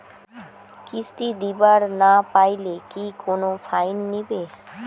কিস্তি দিবার না পাইলে কি কোনো ফাইন নিবে?